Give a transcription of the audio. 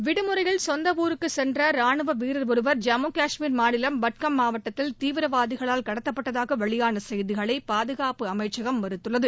விடுமுறையில் சொந்த ஊருக்கு சென்ற ராணுவ வீரர் ஒருவர் ஜம்மு காஷ்மீர் மாநிலம் பட்காம் மாவட்டத்தில் தீவிரவாதிகளால் கடத்தப்பட்டதாக வெளியான செய்திகளை பாதுகாப்பு அமைச்சகம் மறுத்துள்ளது